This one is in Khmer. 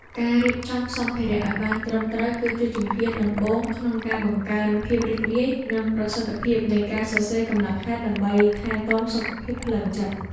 ការរៀបចំសម្ភារៈឱ្យបានត្រឹមត្រូវ គឺជាជំហានដំបូងក្នុងការបង្កើនភាពរីករាយ និងប្រសិទ្ធភាពនៃការសរសេរកំណត់ហេតុដើម្បីថែទាំសុខភាពផ្លូវចិត្ត។